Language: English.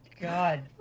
God